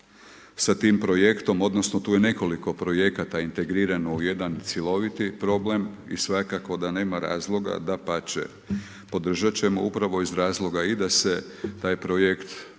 sa tim projektom odnosno tu je nekoliko projekata integrirano u jedan cjeloviti problem i svakako da nema razloga, dapače, podržati ćemo upravo iz razloga i da se taj projekt